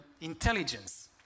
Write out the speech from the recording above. intelligence